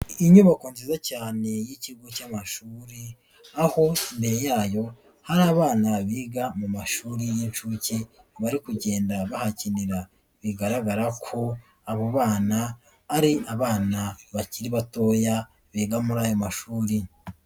Inyubako nziza cyane y'ikigo cy'amashuri, aho imbere yayo hari abana biga mu mashuri y'inshuke bari kugenda bahakinira, bigaragara ko abo bana ari abana bakiri batoya biga muri ayo mashuri.